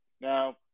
now